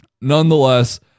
nonetheless